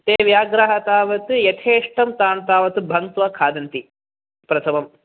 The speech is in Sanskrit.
ते व्याघ्राः तावत् यथेष्टं तान् तावत् भङ्क्त्वा खादन्ति प्रथमं